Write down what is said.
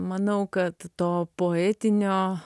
manau kad to poetinio